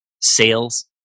sales